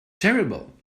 terrible